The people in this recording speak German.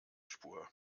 spur